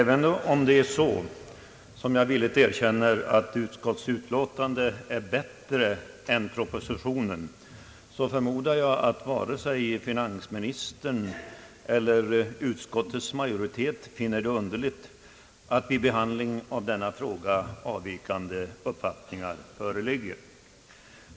Herr talman! Även om jag villigt erkänner att utskottets betänkande är bättre än propositionen, förmodar jag att varken finansministern eller utskottets majoritet finner det underligt att vid behandling av denna fråga avvikande uppfattningar föreligger.